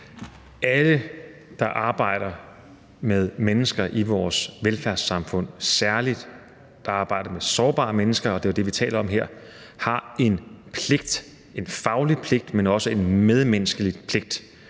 Alle, der arbejder med mennesker i vores velfærdssamfund, og særlig dem, der arbejder med sårbare mennesker – og det er jo det, vi taler om her – har en faglig pligt, men også en medmenneskelig pligt,